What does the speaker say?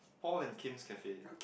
Paul and Kim's cafe